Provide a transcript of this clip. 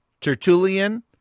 Tertullian